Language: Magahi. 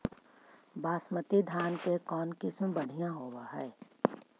बासमती धान के कौन किसम बँढ़िया होब है?